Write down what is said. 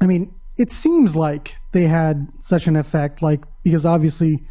i mean it seems like they had such an effect like because obviously